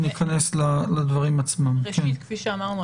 כפי שאמרנו,